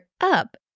up